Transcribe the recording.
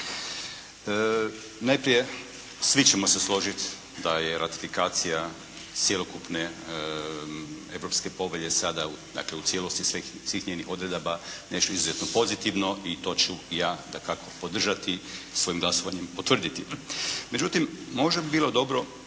Najprije, svi ćemo se složit da je ratifikacija cjelokupne europske povelje sada, dakle u cijelosti svih njenih odredaba nešto izuzetno pozitivno i to ću ja, dakako podržati i svojim glasovanjem potvrditi. Međutim, možda bi bilo dobro